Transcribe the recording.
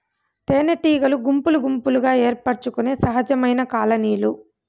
తేనెటీగలు గుంపులు గుంపులుగా ఏర్పరచుకొనే సహజమైన కాలనీలు